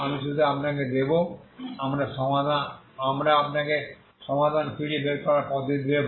আমি শুধু আপনাকে দেব আমরা আপনাকে সমাধান খুঁজে বের করার পদ্ধতি দেব